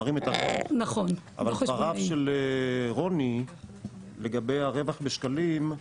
אבל ברף של רוני לגבי הרווח בשקלים,